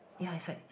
ya it's like